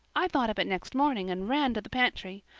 i thought of it next morning and ran to the pantry.